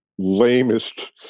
lamest